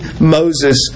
Moses